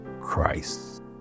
Christ